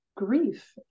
Grief